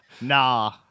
Nah